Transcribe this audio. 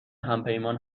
همپیمان